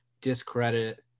discredit